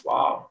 Wow